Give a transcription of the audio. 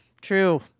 True